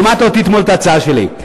שמעת אותי אתמול, את ההצעה שלי.